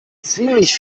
ziemlich